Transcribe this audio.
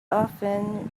often